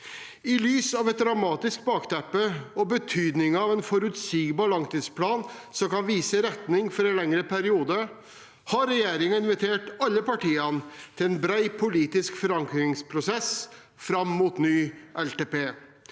I lys av et dramatisk bakteppe og betydningen av en forutsigbar langtidsplan som kan vise retning for en lengre periode, har regjeringen invitert alle partiene til en bred politisk forankringsprosess fram mot ny